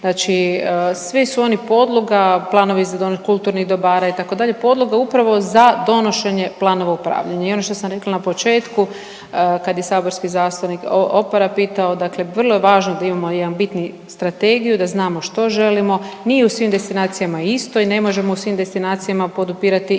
znači svi su oni podloga planovi za kulturnih dobara itd., podloga upravo za donošenje planova upravljanja. I ono što sam rekla na početku kad je saborski zastupnik Opara pitao dakle vrlo je važno da imamo jedan bitni strategiju, da znamo što želimo. Nije u svim destinacijama isto i ne možemo u svim destinacijama podupirati iste